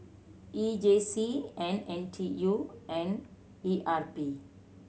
E J C and N T U and E R P